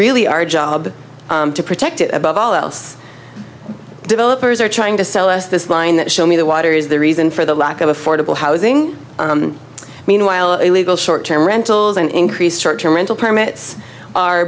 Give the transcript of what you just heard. really our job to protect it above all else developers are trying to sell us this line that show me the water is the reason for the lack of affordable housing meanwhile illegal short term rentals and increased short term rental permits are